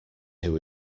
who